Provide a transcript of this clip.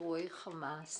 אירועים של